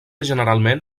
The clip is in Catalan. generalment